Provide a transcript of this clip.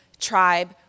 tribe